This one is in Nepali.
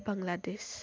बङ्गलादेश